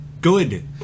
Good